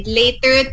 later